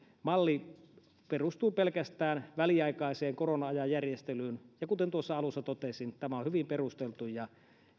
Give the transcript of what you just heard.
malli perustuu pelkästään väliaikaiseen korona ajan järjestelyyn ja kuten tuossa alussa totesin tämä on hyvin perusteltu ja